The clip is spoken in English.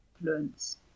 influence